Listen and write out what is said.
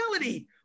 reality